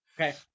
Okay